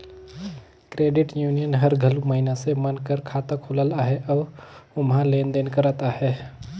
credit union हर घलो मइनसे मन कर खाता खोलत अहे अउ ओम्हां लेन देन करत अहे